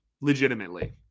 legitimately